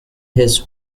his